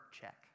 check